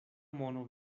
mono